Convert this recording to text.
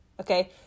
Okay